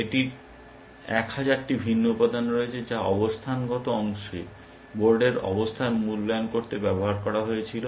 এটির 1000টি ভিন্ন উপাদান রয়েছে যা অবস্থানগত অংশে বোর্ডের অবস্থান মূল্যায়ন করতে ব্যবহার করা হয়েছিল